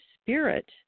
spirit